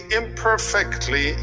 imperfectly